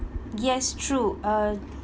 yes true uh